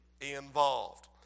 involved